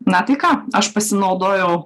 na tai ką aš pasinaudojau